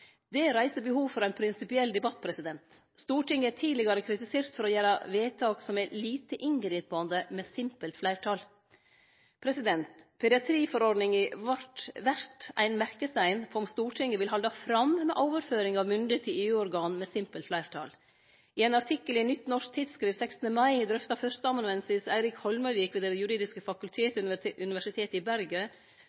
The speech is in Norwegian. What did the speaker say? Det reiser behov for ein prinsipiell debatt. Stortinget er tidlegare kritisert for å gjere vedtak som er «lite inngripande» med simpelt fleirtal. Pediatriforordninga vert ein merkestein på om Stortinget vil halde fram med overføring av mynde til EU-organ med simpelt fleirtal. I ein artikkel i Nytt Norsk Tidsskrift 16. mai drøftar førsteamanuensis Eirik Holmøyvik ved Det juridiske